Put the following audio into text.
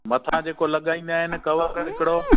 मथां जको लॻाइंदा आहिनि कवर हिकिड़ो